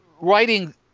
writing